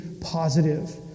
positive